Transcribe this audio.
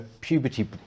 puberty